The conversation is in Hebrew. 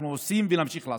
אנחנו עושים ונמשיך לעשות.